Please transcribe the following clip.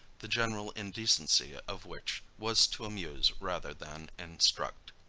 the general and tendency ah of which was to amuse rather than instruct.